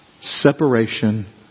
Separation